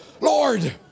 Lord